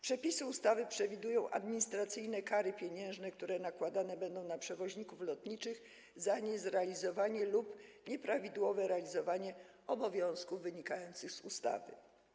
Przepisy ustawy przewidują administracyjne kary pieniężne, które nakładane będą na przewoźników lotniczych za nierealizowanie lub nieprawidłowe realizowanie obowiązków wynikających z ustawy.